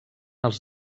els